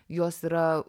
jos yra